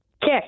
Kick